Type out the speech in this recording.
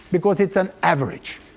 because it's an average,